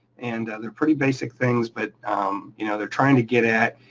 and they're pretty basic things, but you know they're trying to get at,